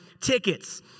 tickets